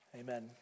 Amen